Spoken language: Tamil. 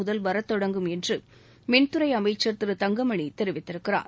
முதல் வரத்தொடங்கும் என்று மின்துறை அமைச்சர் திருதங்கமணி தெரிவித்திருக்கிறார்